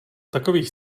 takových